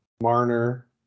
Marner